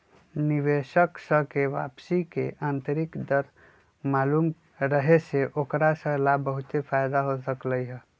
निवेशक स के वापसी के आंतरिक दर मालूम रहे से ओकरा स ला बहुते फाएदा हो सकलई ह